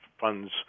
funds